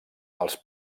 als